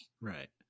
right